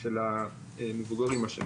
של המבוגרים מה שנקרא.